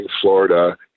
Florida